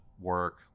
work